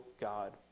God